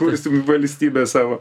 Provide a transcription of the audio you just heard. kursim valstybę savo